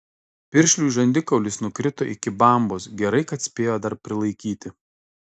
piršliui žandikaulis nukrito iki bambos gerai kad spėjo dar prilaikyti